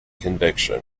conviction